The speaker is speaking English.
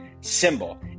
symbol